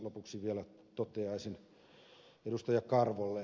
lopuksi vielä toteaisin ed